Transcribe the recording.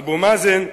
אבו מאזן,